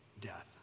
death